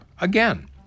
again